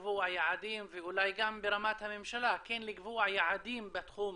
ואולי גם ברמת הממשלה, כן לקבוע יעדים בתחום